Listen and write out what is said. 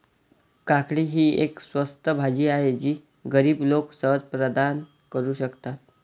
काकडी ही एक स्वस्त भाजी आहे जी गरीब लोक सहज प्रदान करू शकतात